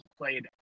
played